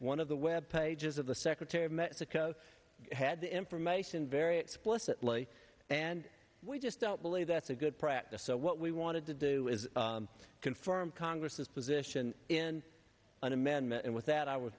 one of the web pages of the secretary of mexico had the information very explicitly and we just don't believe that's a good practice so what we wanted to do is confirm congress's position in an amendment and with that i w